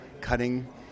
cutting